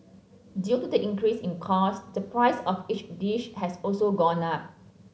due to the increase in cost the price of each dish has also gone up